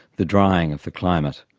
the drying of the climate,